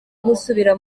gusubira